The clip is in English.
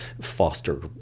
foster